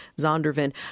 Zondervan